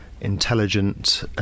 intelligent